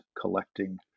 collecting